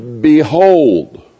Behold